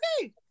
okay